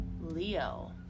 Leo